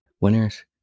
Winners